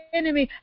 enemy